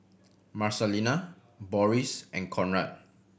Marcelina Boris and Conrad